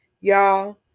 y'all